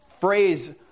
phrase